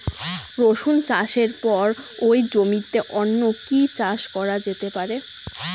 রসুন চাষের পরে ওই জমিতে অন্য কি চাষ করা যেতে পারে?